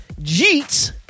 Jeets